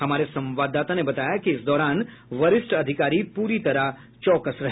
हमारे संवाददाता ने बताया कि इस दौरान वरिष्ठ अधिकारी पूरी तरह चौकस रहे